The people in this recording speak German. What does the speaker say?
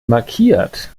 markiert